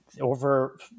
Over